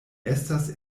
estas